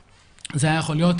זה היה יכול להיות